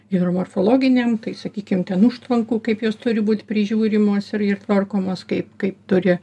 ir morfologiniam tai sakykim ten užtvankų kaip jos turi būt prižiūrimos ir ir tvarkomos kaip kaip turi